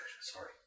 Sorry